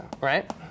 right